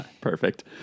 Perfect